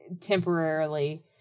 temporarily